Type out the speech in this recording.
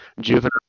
Juvenile